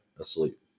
Asleep